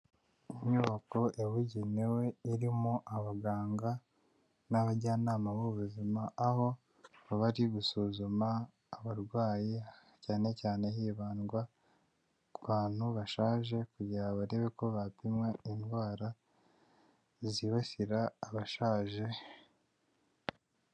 Inyubako yabugenewe irimo abaganga n'abajyanama b'ubuzima, aho baba bari gusuzuma abarwayi cyane cyane hibandwa ku bantu bashaje kugira barebe uko bapimwa indwara zibasira abashaje.